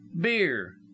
Beer